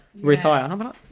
Retire